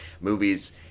movies